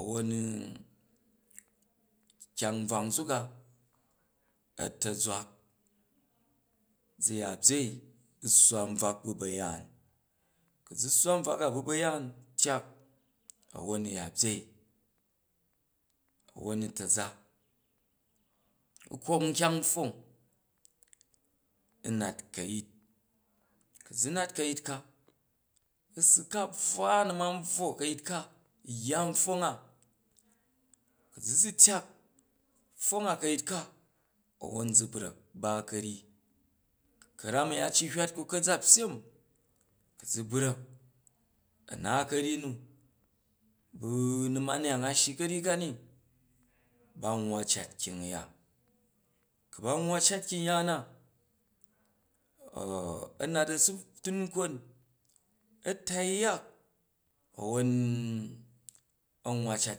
A̱wnon kyang nbvak nzuka a ta̱zwak zu ya byyei, u swa nbwak bu ba̱yaan, ku zu sswce nbvak a bu̱ ba̱yaan tyak a̱won u ya byyei non n taza u kok nk yang pfwong u nat ka̱yit, ku zu nat ka̱yit ka rsu ka bvwa na̱man bvwo ka̱yit ka, kuzu tyak pfwong a ka̱yit ka won zu bra̱k ba ka̱yyi, ka̱ram a̱ya a hywat ku ra za pyyem, ku zu brak a̱na ka̱ryyi nu bu na̱maneyang a shyi ka̱ryyi kani ba mvwa cat kyingya, ku ba nwwa cat kyimgya na a nat a su tun nkon a tai yak a̱won a nwwa cat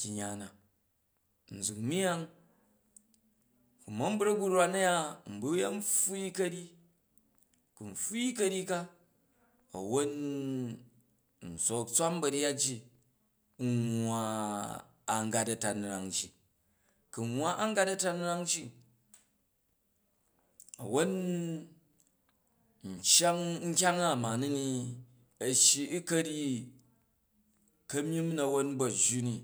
kyung ya, nzuk myang ku u̱ mam brak bu̱ rwan a̱ya n bu yen pfwul ka̱ryyi, ku n pfwui karyyi a̱won nsook tswan ba̱ryat ji nwwa a̱n gat a̱tanrang ji, ku nwwa gat a̱tanrang ji a̱won n cyang nkyang a ma ni ni a shyi u ka̱ryyi ka̱myimm na̱won ba̱jju